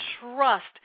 trust